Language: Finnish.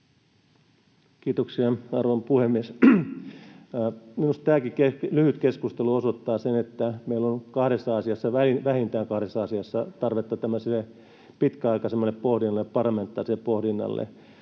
Kiitoksia, arvon puhemies! Minusta tämäkin lyhyt keskustelu osoittaa sen, että meillä on ollut kahdessa asiassa — vähintään kahdessa asiassa — tarvetta tämmöiselle